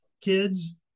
kids